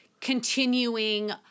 continuing